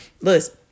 listen